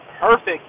perfect